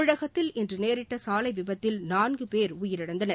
தமிழகத்தில் இன்று நேரிட்ட சாலை விபத்தில் நான்கு பேர் உயிரிழந்தனர்